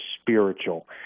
spiritual